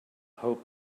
hoped